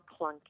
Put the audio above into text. clunky